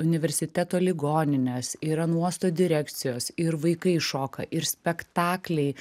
universiteto ligoninės ir ant uosto direkcijos ir vaikai šoka ir spektakliai